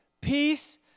Peace